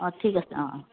অ ঠিক আছে অ অ